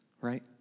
right